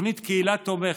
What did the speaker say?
תוכנית קהילה תומכת,